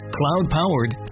cloud-powered